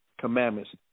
Commandments